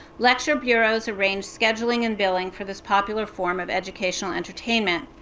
lecture bureaus arranged scheduling and billing for this popular form of educational entertainment.